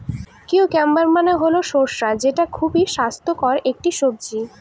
cucumber মানে হল শসা যেটা খুবই স্বাস্থ্যকর একটি সবজি